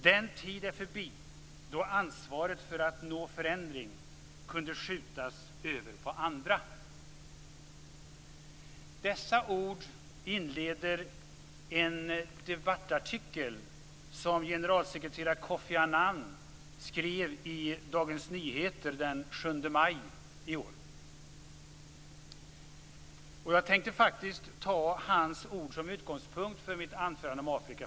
Den tid är förbi då ansvaret för att nå förändring kunde skjutas över på andra." Dessa ord inleder en debattartikel som generalsekreterare Kofi Annan skrev i Dagens Nyheter den 7 maj i år. Jag tänkte ta hans ord som utgångspunkt för mitt anförande om Afrika.